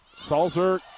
Salzer